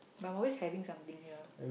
but I'm always having something here